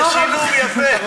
זה שילוב יפה.